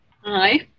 Hi